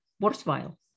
worthwhile